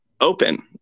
open